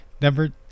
Number